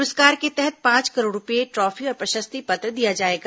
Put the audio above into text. पुरस्कार के तहत पांच करोड़ रूपये ट्रॉफी और प्रशस्ति पत्र दिया जाएगा